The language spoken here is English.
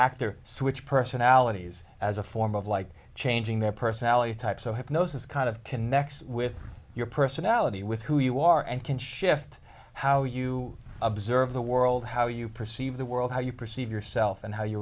actor switch personalities as a form of like changing their personality type so hypnosis kind of connects with your personality with who you are and can shift how you observe the world how you perceive the world how you perceive yourself and how you